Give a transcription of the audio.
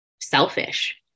selfish